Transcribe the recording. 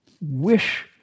wish